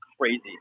crazy